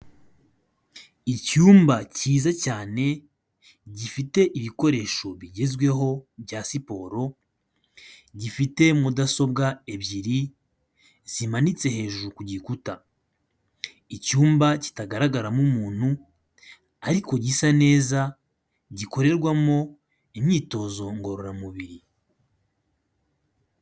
Icyumba cyiza cyane gifite ibikoresho bigezweho bya siporo, gifite mudasobwa ebyiri zimanitse hejuru ku gikuta. Icyumba kitagaragaramo umuntu ariko gisa neza, gikorerwamo imyitozo ngororamubiri.